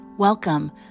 Welcome